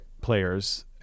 players